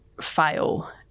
fail